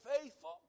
faithful